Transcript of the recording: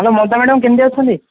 hello Mamata madam କେମିତି ଅଛନ୍ତି